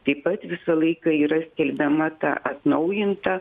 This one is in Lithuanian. taip pat visą laiką yra skelbiama ta atnaujinta